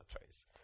choice